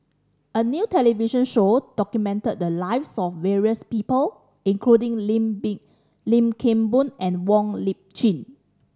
a new television show documented the lives of various people including Lim Kim Boon and Wong Lip Chin